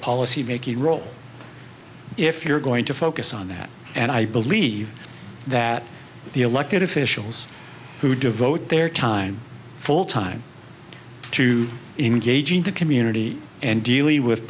policy making role if you're going to focus on that and i believe that the elected officials who devote their time full time to engaging the community and dealy with